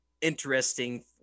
interesting